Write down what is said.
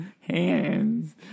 hands